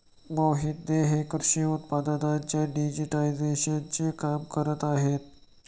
मोहित हे कृषी उत्पादनांच्या डिजिटायझेशनचे काम करत आहेत